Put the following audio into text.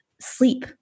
sleep